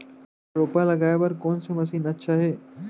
रोपा लगाय बर कोन से मशीन अच्छा हे?